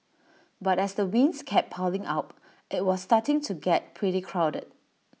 but as the wins kept piling up IT was starting to get pretty crowded